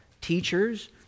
teachers